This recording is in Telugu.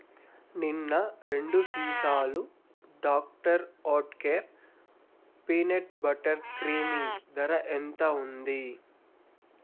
నిన్న రెండు సీసాలు doctor Oetker peanut butter creamy ధర ఎంత ఉంది